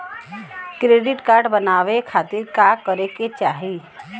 Credit card बनवावे खातिर का करे के होई?